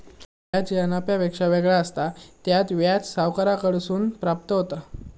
व्याज ह्या नफ्यापेक्षा वेगळा असता, त्यात व्याज सावकाराकडसून प्राप्त होता